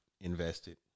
invested